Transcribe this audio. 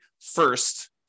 first